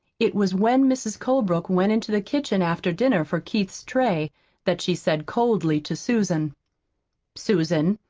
it was when mrs. colebrook went into the kitchen after dinner for keith's tray that she said coldly to susan susan,